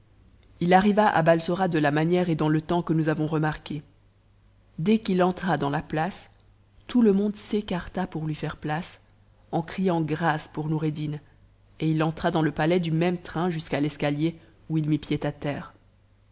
i arriva à balsora de la manière et dans le temps que nous avons remarqués dès qu'il entra dans la place tout le monde s'écarta pour lui faire place en criant grâce pour noureddin et il entra dans le palais du même train jusqu'à l'escalier où il mit pied à terre